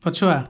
ପଛୁଆ